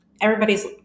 everybody's